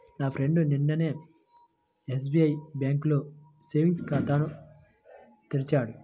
నా ఫ్రెండు నిన్ననే ఎస్బిఐ బ్యేంకులో సేవింగ్స్ ఖాతాను తెరిచాడు